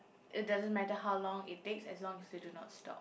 it doesn't matter how long it takes as long as you do not stop